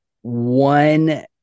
one